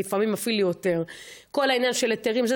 את מדינת גדרה חדרה,